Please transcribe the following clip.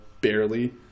barely